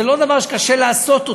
זה לא דבר שקשה לעשות אותו.